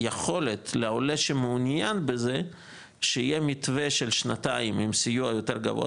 יכולת לעולה שמעוניין בזה שיהיה מתווה של שנתיים עם סיוע יותר גבוה,